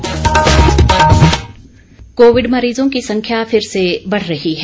Covid संदेश Covid मरीजों की संख्या फिर से बढ़ रही है